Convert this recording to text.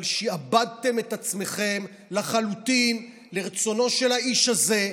אבל שעבדתם את עצמכם לחלוטין לרצונו של האיש הזה,